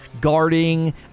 guarding